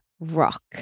rock